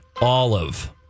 olive